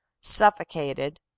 suffocated